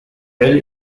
rail